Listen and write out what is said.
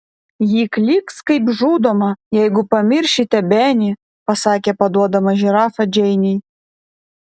ji klyks kaip žudoma jeigu pamiršite benį pasakė paduodama žirafą džeinei